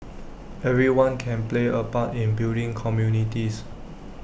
everyone can play A part in building communities